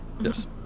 Yes